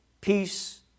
Peace